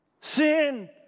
Sin